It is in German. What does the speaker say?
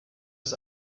des